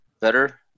better